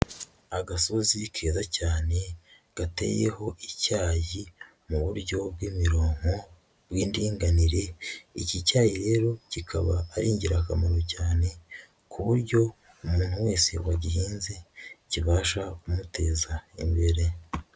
Agasozi kera cyane, gateyeho icyayi mu buryo bw'imironko y'indinganire, iki cyayi rero, kikaba ari ingirakamaro cyane, ku buryo umuntu wese wagihinze, kibasha kumuteza imbere.